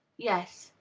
yes,